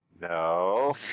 No